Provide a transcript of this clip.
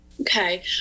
Okay